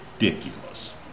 ridiculous